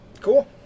Cool